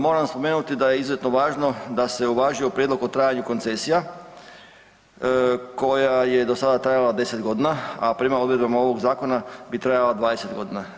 Moram spomenuti da je izuzetno važno da se uvažio prijedlog o trajanju koncesija koja je do sada trajala 10 godina, a prema odredbama ovog zakona bi trajala 20 godina.